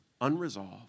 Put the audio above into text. unresolved